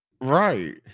Right